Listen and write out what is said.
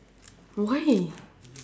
why